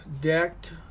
decked